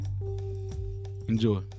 Enjoy